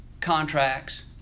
contracts